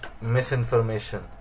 misinformation